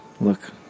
look